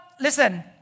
Listen